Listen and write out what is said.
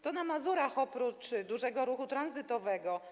To na Mazurach oprócz dużego ruchu tranzytowego.